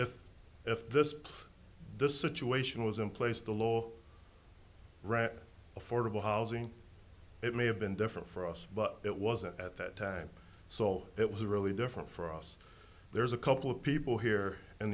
if if this this situation was in place the law affordable housing it may have been different for us but it wasn't at that time so it was a really different for us there's a couple of people here in